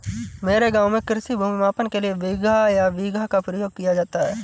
मेरे गांव में कृषि भूमि मापन के लिए बिगहा या बीघा का प्रयोग किया जाता है